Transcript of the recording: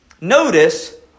notice